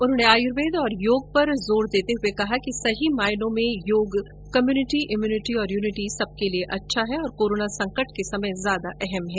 उन्होंने आयुर्वेद और योग पर जोर देते हुए कहा कि सही मायने में योग कम्यूनिटी इम्यूनिटी और यूनिटी सबके लिए अच्छा है और कोरोना संकट के समय ज्यादा अहम है